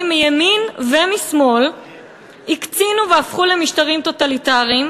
מימין ומשמאל הקצינו והפכו למשטרים טוטליטריים,